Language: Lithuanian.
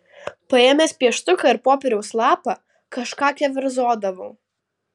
paėmęs pieštuką ir popieriaus lapą kažką keverzodavau